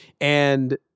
And-